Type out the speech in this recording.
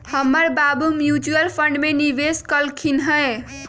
हमर बाबू mutual fund में निवेश कलखिंन्ह ह